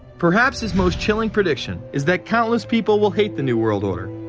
perhaps his most chilling prediction. is that countless people will hate the new world order,